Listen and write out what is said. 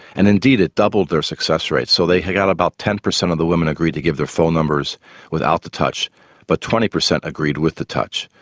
and indeed it doubled their success rate so they got about ten percent of the women agreed to give their phone numbers without the touch but twenty percent agreed with the touch.